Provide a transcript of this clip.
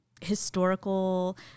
historical